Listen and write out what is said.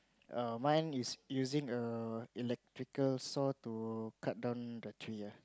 oh mine is using a electrical saw to cut down the tree ah